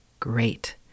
Great